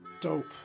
Dope